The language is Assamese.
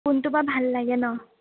কোনটো বা ভাল লাগে ন'